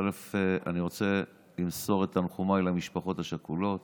אני רוצה למסור את תנחומיי למשפחות השכולות